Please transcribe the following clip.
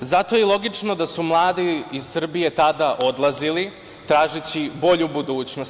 Zato je i logično da su mladi iz Srbije tada odlazili, tražeći bolju budućnost.